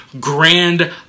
grand